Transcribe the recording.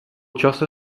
čase